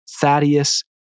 Thaddeus